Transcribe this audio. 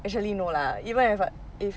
actually no lah even if I if